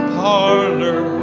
parlor